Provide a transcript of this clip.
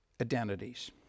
identities